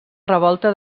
revolta